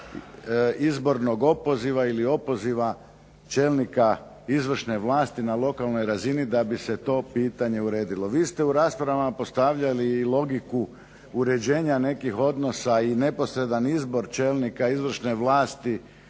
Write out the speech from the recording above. izbornog opoziva ili opoziva čelnika izvršne vlasti na lokalnoj razini da bi se to pitanje uredilo. Vi ste u raspravama postavljali i logiku uređenja nekih odnosa i neposredan izbor čelnika izvršne vlasti